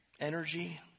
energy